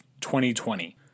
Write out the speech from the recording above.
2020